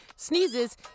sneezes